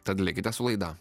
tad likite su laida